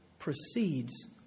proceeds